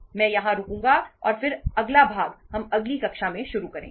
मैं यहां रुकूंगा और फिर अगला भाग हम अगली कक्षा में शुरू करेंगे